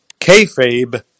kayfabe